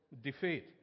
defeat